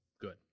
good